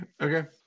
Okay